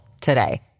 today